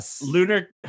lunar